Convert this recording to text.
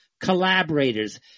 collaborators